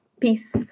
Peace